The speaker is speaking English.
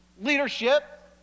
leadership